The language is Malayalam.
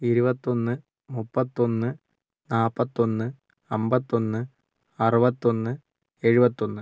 ഇരുപത്തൊന്ന് മുപ്പത്തൊന്ന് നാൽപ്പത്തൊന്ന് അമ്പത്തൊന്ന് അറുപത്തൊന്ന് എഴുപത്തൊന്ന്